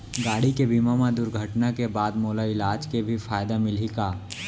गाड़ी के बीमा मा दुर्घटना के बाद मोला इलाज के भी फायदा मिलही का?